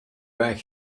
back